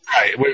Right